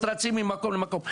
רצים ממקום למקום.